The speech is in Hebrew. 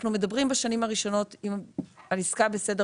אנחנו מדברים בשנים הראשונות אם העסקה בסדר